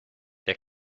der